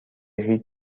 هیچ